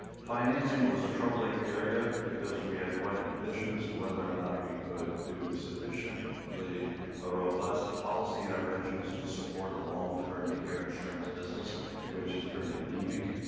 financing was a troubling area because we had quite a division as to whether or not we could do sufficiently like a a robust policy intervention to support a long-term care insurance business which is pretty a nemic.